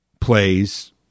plays